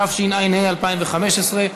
התשע"ה 2015,